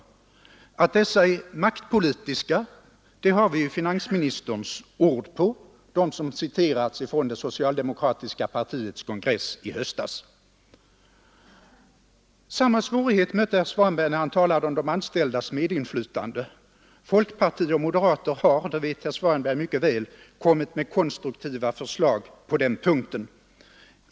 Att motiven för förslaget om fjärde AP-fonden är maktpolitiska har vi finansministern ord på — de som citerats från det socialdemokratiska partiets kongress i höstas. Samma svårighet mötte herr Svanberg när han talade om de anställdas medinflytande. Folkpartister och moderater har — det vet herr Svanberg mycket väl — kommit med konstruktiva förslag på den punkten.